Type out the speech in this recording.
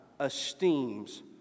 esteems